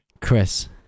Chris